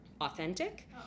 authentic